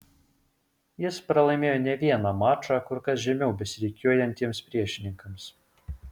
jis pralaimėjo ne vieną mačą kur kas žemiau besirikiuojantiems priešininkams